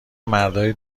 مردای